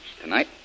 Tonight